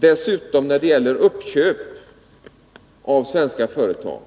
Dessutom: När det gäller inköp av svenska företag